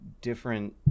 different